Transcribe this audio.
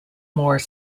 more